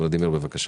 לא ייפגע מזה,